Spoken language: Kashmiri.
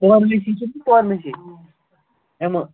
فارمیسی چھِنہٕ فارمیسی یِمہٕ